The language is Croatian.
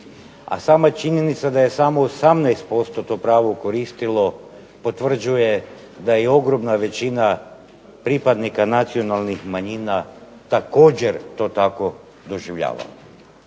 a sama činjenica da je samo 18% to pravo koristilo potvrđuje da je i ogromna većina pripadnika nacionalnih manjina također to tako doživljavala.